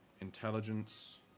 Intelligence